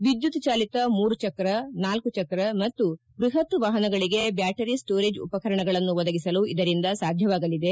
ವಿದ್ಯುತ್ ಜಾಲಿತ ಮೂರು ಚಕ್ರ ನಾಲ್ಕು ಚಕ್ರ ಮತ್ತು ಬೃಹತ್ ವಾಹನಗಳಿಗೆ ಬ್ಯಾಟರಿ ಸ್ಟೋರೇಜ್ ಉಪಕರಣಗಳನ್ನು ಒದಗಿಸಲು ಇದರಿಂದ ಸಾಧ್ಯವಾಗಲಿದೆ